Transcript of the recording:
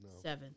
Seven